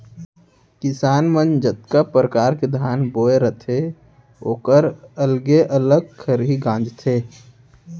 किसान मन जतका परकार के धान बोए रथें ओकर अलगे अलग खरही गॉंजथें